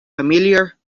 familiar